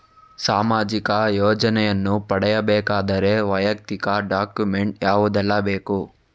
ಸಾಮಾಜಿಕ ಯೋಜನೆಯನ್ನು ಪಡೆಯಬೇಕಾದರೆ ವೈಯಕ್ತಿಕ ಡಾಕ್ಯುಮೆಂಟ್ ಯಾವುದೆಲ್ಲ ಬೇಕು?